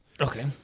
Okay